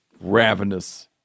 ravenous